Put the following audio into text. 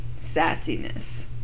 sassiness